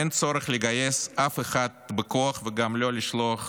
אין צורך לגייס אף אחד בכוח, וגם לא לשלוח